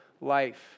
life